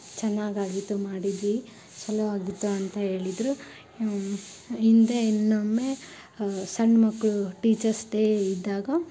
ಚೆನ್ನಾಗಾಗಿತ್ತು ಮಾಡಿದ್ವಿ ಛಲೋ ಆಗಿತ್ತು ಅಂತ ಹೇಳಿದರು ಹಿಂದೆ ಇನ್ನೊಮ್ಮೆ ಸಣ್ಣ ಮಕ್ಕಳು ಟೀಚರ್ಸ್ ಡೇ ಇದ್ದಾಗ